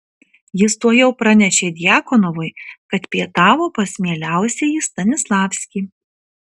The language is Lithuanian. jis tuojau pranešė djakonovui kad pietavo pas mieliausiąjį stanislavskį